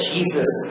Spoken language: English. Jesus